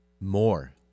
More